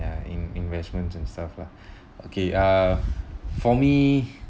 ya in~ investments and stuff lah okay uh for me